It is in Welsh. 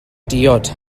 diod